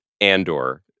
Andor